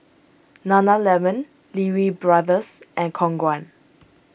Nana Lemon Lee Wee Brothers and Khong Guan